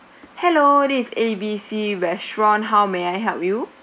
hello this is A B C restaurant how may I help you